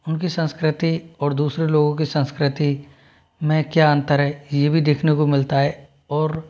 उनकी संस्कृति और दूसरे लोगों की संस्कृति में क्या अंतर है ये भी देखने को मिलता है और